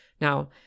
Now